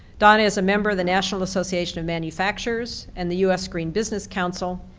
donna is a member of the national association of manufacturers, and the u s. green business council,